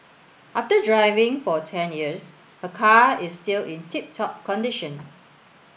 after driving for ten years her car is still in tip top condition